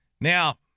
now